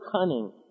cunning